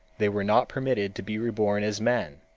they were not permitted to be reborn as men,